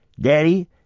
Daddy